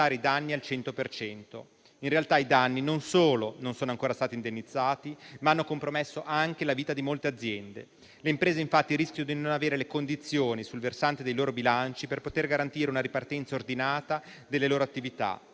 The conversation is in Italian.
i danni non solo non sono stati ancora indennizzati, ma hanno compromesso anche la vita di molte aziende. Le imprese, infatti, rischiano di non avere le condizioni - sul versante dei loro bilanci - per poter garantire una ripartenza ordinata delle loro attività,